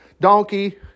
donkey